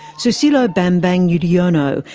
susilo bambang yudhoyono,